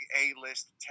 A-list